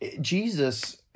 Jesus